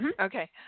Okay